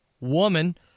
woman